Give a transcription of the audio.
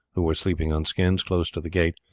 who were sleeping on skins close to the gate,